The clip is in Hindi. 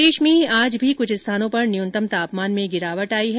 प्रदेश में आज भी कुछ स्थानों पर न्यूनतम तापमान में गिरावट आई है